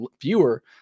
fewer